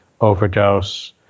overdose